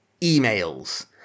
Emails